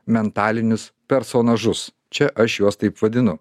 mentalinius personažus čia aš juos taip vadinu